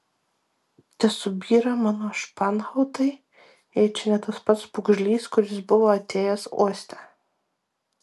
tesubyra mano španhautai jei čia ne tas pats pūgžlys kuris buvo atėjęs uoste